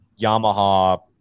Yamaha